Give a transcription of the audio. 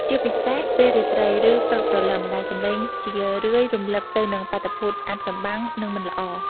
ជាពិសេសពេលរាត្រី ឬព្រឹកព្រលឹម ដែលសំឡេងជារឿយរំលឹកទៅនឹងបាតុភូតអាថ៌កំបាំង និងមិនល្អ។